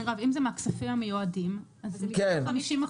מרב, אם זה מהכספים המיועדים אז זה מתוך ה-50%.